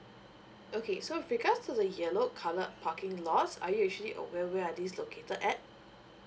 okay so with regards to the yellow colour parking lots are you actually aware where are this located at